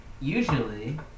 usually